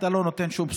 אתה לא נותן שום בשורה.